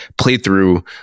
playthrough